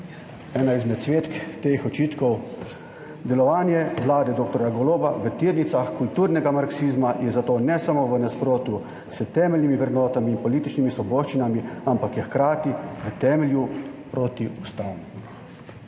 ena izmed cvetk teh očitkov. Delovanje vlade dr. Goloba v tirnicah kulturnega marksizma je zato ne samo v nasprotju s temeljnimi vrednotami in političnimi svoboščinami, ampak je hkrati v temelju protiustavno.